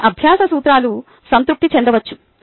కొన్ని అభ్యాస సూత్రాలు సంతృప్తి చెందవచ్చు